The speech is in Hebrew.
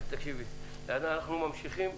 אנחנו ממשיכים,